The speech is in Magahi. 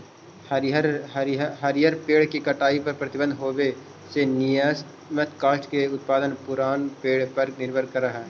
हरिअर पेड़ के कटाई पर प्रतिबन्ध होवे से नियमतः काष्ठ के उत्पादन पुरान पेड़ पर निर्भर करऽ हई